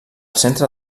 centre